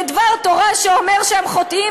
בדבר תורה שאומר שהם חוטאים.